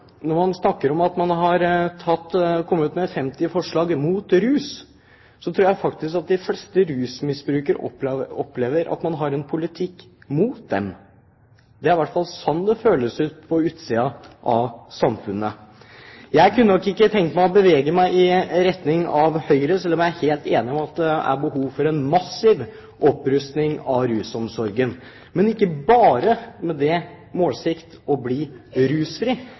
Når man snakker om at man har kommet med «50 forslag mot rus», tror jeg faktisk at de fleste rusmisbrukere opplever at man har en politikk mot dem. Det er i hvert fall slik det føles på utsiden av samfunnet. Jeg kunne nok ikke ha tenkt meg å bevege meg i retning av Høyre, selv om jeg er helt enig i at det er behov for en massiv opprustning av rusomsorgen, men ikke bare med det siktemål å bli rusfri.